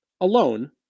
alone